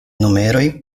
numeroj